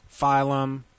phylum